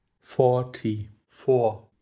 forty-four